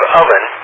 oven